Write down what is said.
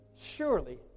surely